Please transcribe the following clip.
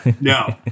No